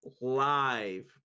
live